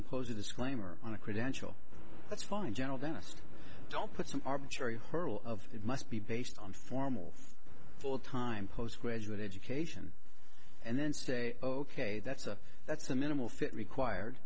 impose a disclaimer on a credential that's fine general dentist don't put some arbitrary hurdle of it must be based on formal full time post graduate education and then say ok that's a that's the minimal fit required